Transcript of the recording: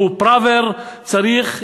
שהוא תוכנית פראוור, צריך להימחק,